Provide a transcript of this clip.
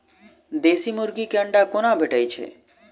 देसी मुर्गी केँ अंडा कोना भेटय छै?